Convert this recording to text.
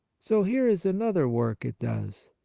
so here is another work it does.